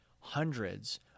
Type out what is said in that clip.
hundreds